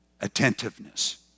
attentiveness